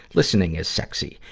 listening is sexy.